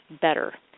better